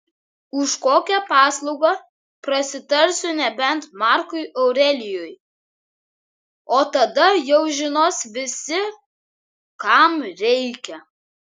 už kokią paslaugą prasitarsiu nebent markui aurelijui o tada jau žinos visi kam reikia